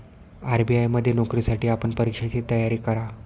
RBI मध्ये नोकरीसाठी आपण परीक्षेची तयारी करा